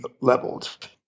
leveled